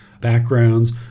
backgrounds